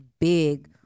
big